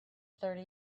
thirty